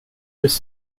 was